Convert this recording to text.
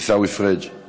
עיסאווי פריג';